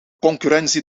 concurrentie